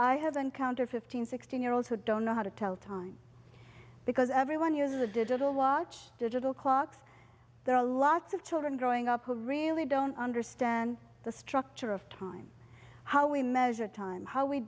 i have encountered fifteen sixteen year olds who don't know how to tell time because everyone uses a digital watch digital clocks there are lots of children growing up who really don't understand the structure of time how we measure time how we